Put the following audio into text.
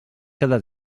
cada